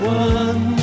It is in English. one